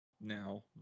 Now